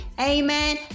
Amen